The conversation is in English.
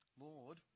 Lord